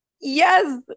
Yes